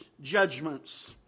judgments